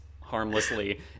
harmlessly